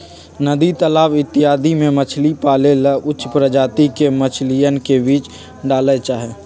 नदी तालाब इत्यादि में मछली पाले ला उच्च प्रजाति के मछलियन के बीज डाल्ल जाहई